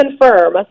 confirm